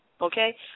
okay